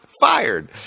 fired